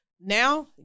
now